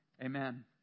Amen